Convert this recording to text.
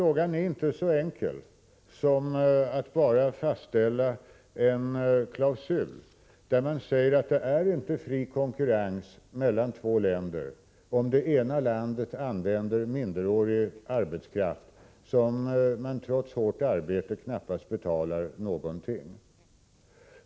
Det är inte så enkelt som att bara fastställa en klausul, där man säger att det inte är fri konkurrens mellan två länder om det ena landet använder minderårig arbetskraft, som trots hårt arbete knappast får någon betalning.